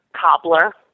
cobbler